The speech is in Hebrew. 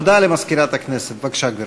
הודעה למזכירת הכנסת, בבקשה, גברתי.